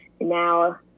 now